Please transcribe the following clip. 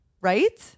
Right